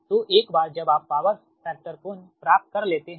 तो एक बार जब आप पावर फैक्टर कोण प्राप्त कर लेते हैं